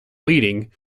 leading